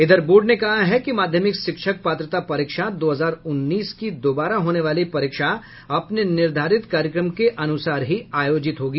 इधर बोर्ड ने कहा है कि माध्यमिक शिक्षक पात्रता पारीक्षा दो हजार उन्नीस की दोबारा होने वाली परीक्षा अपने निर्धारित कार्यक्रम के अनुसार ही आयोजित होगी